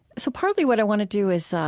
so partly what i want to do is